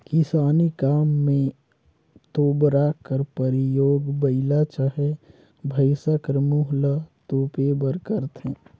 किसानी काम मे तोबरा कर परियोग बइला चहे भइसा कर मुंह ल तोपे बर करथे